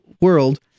world